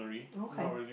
okay